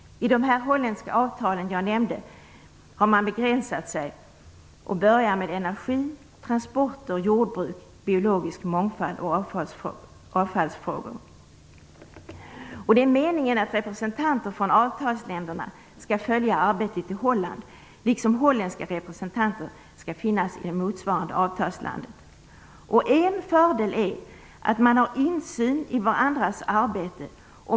I dessa holländska avtal har man begränsat sig till energi, transporter, jordbruk, biologisk mångfald och avfallsfrågor. Det är meningen att representanter för avtalsländerna skall följa arbetet i Holland, liksom holländska representanter skall finnas i avtalslandet. En fördel är att man har insyn i varandras arbete.